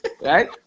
right